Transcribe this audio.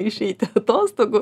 išeiti atostogų